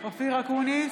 אופיר אקוניס,